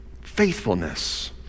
faithfulness